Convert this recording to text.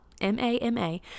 M-A-M-A